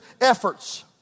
efforts